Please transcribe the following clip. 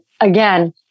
again